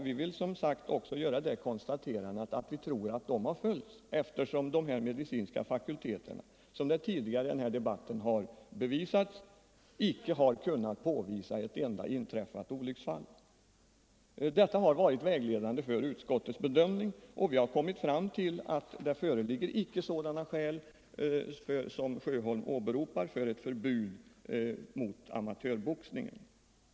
Vi vill också göra detta konstaterande eftersom de medicinska fakulteterna, som framhållits tidigare i debatten, icke har kunnat påvisa ett enda olycksfall. Detta har varit vägledande för utskottets bedömning, och vi har kommit fram till att det icke föreligger sådana skäl för ett förbud mot amatörboxningen som herr Sjöholm åberopar.